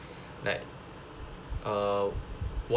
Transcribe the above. like uh watching